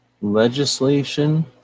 Legislation